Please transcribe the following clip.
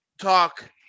talk